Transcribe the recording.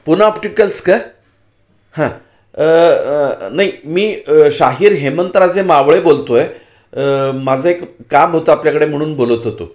Pune opticals का हां नाही मी शाहीर हेमंतराजे मावळे बोलतो आहे माझं एक काम होतं आपल्याकडे म्हणून बोलत होतो